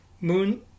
Moon